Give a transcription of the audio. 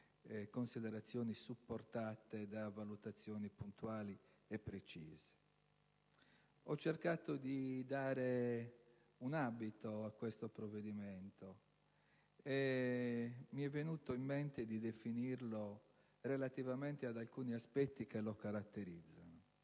considerazioni supportate da valutazioni puntuali e precise. Ho cercato di dare un abito a questo provvedimento e mi è venuto in mente di definirlo relativamente ad alcuni aspetti che lo caratterizzano.